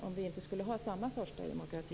Jag undrar om vi inte har samma sorts demokrati.